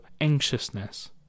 anxiousness